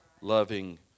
loving